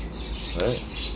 what